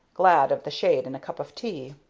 glad of the shade and a cup of tea.